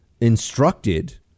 instructed